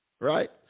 Right